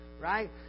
right